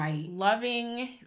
loving